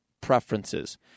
preferences